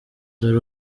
dore